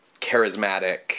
charismatic